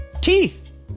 Teeth